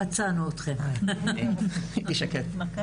אז אתה